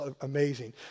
amazing